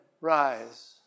rise